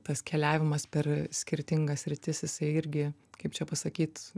tas keliavimas per skirtingas sritis jisai irgi kaip čia pasakyt